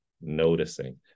noticing